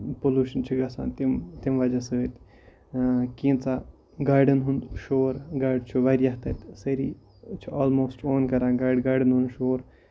pollution چھُ گژھان تِم تِم وجہہ سۭتۍ کینژھ گاڑین ہُند شور گاڑِ چھِ واریاہ تَتہِ سٲری چھُ آلموسٹ اون کران گاڑِ گاڑین ہُند شور